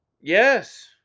Yes